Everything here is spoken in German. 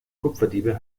kupferdiebe